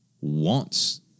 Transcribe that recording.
wants